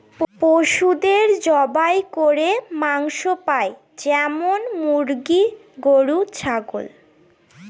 পশুদের জবাই করে মাংস পাই যেমন মুরগি, গরু, ছাগল